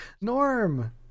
Norm